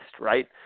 Right